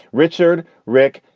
richard, rick,